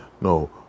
No